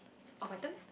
oh my turn